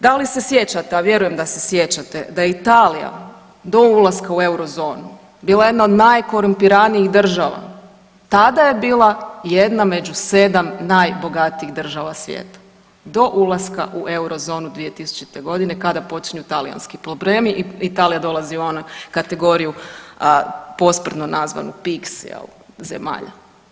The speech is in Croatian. Da li se sjećate, a vjerujem da se sjećate da Italija do ulaska u Eurozonu bila jedna od najkorumpiranijih država tada je bila i jedna među 7 najbogatijih država svijeta, do ulaska u Eurozonu 2000. godine kada počinju talijanski problemi i Italija dolazi u onu kategoriju posprdno nazvanu peaks jel zemalja.